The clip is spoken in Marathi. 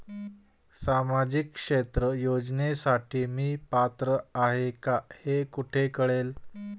सामाजिक क्षेत्र योजनेसाठी मी पात्र आहे का हे कुठे कळेल?